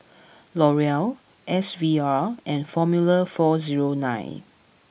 L'Oreal S V R and Formula Four Zero Nine